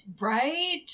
Right